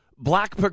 Black